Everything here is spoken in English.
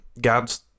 God's